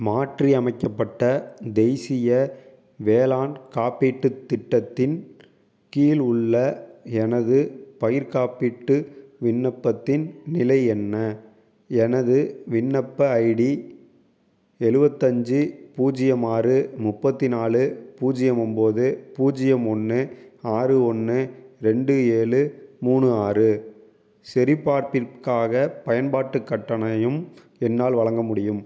மாற்றி அமைக்கப்பட்ட தேசிய வேளாண் காப்பீட்டுத் திட்டத்தின் கீழ் உள்ளே எனது பயிர் காப்பீட்டு விண்ணப்பத்தின் நிலை என்ன எனது விண்ணப்ப ஐடி எழுவத்திஞ்சி பூஜ்ஜியம் ஆறு முப்பத்தி நாலு பூஜ்ஜியம் ஒன்போது பூஜ்ஜியம் ஒன்று ஆறு ஒன்று ரெண்டு ஏழு மூணு ஆறு சரிபார்ப்பிற்காக பயன்பாட்டு கட்டணயும் என்னால் வழங்க முடியும்